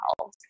health